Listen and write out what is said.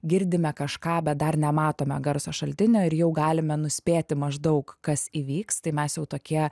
girdime kažką bet dar nematome garso šaltinio ir jau galime nuspėti maždaug kas įvyks tai mes jau tokie